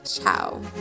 ciao